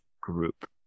group